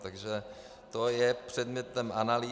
Takže to je předmětem analýzy.